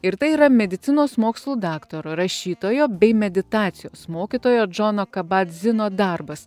ir tai yra medicinos mokslų daktaro rašytojo bei meditacijos mokytojo džono kabadzino darbas